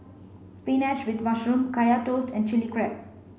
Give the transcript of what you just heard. spinach with mushroom Kaya Toast and chili crab